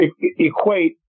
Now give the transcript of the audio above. equate